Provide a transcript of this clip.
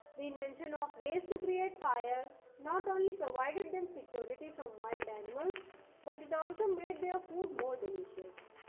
the invention of ways to create fire not only provided them security from wild animals but it also made their food more delicious.